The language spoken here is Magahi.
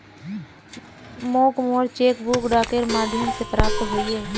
मोक मोर चेक बुक डाकेर माध्यम से प्राप्त होइए